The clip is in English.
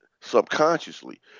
subconsciously